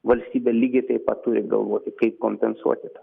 valstybė lygiai taip pat turi galvoti kaip kompensuoti tą